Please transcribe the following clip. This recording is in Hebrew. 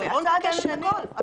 בואו נתקן את הכול.